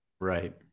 Right